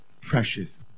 precious